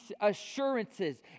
assurances